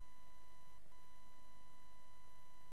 נושאים